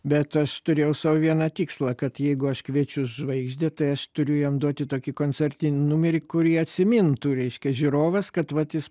bet aš turėjau sau vieną tikslą kad jeigu aš kviečiu žvaigždę tai aš turiu jam duoti tokį koncertinį numerį kurį atsimintų reiškia žiūrovas kad vat jis